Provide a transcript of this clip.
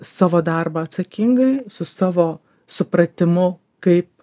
savo darbą atsakingai su savo supratimu kaip